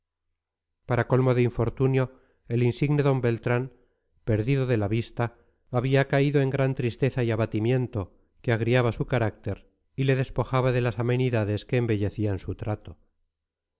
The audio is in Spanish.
para colmo de infortunio el insigne d beltrán perdido de la vista había caído en gran tristeza y abatimiento que agriaba su carácter y le despojaba de las amenidades que embellecían su trato